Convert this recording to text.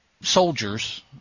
soldiers